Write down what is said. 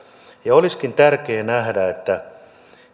olisikin tärkeää nähdä että